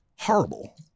horrible